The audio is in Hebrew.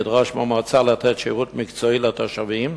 לדרוש מהמועצה לתת שירות מקצועי לתושבים,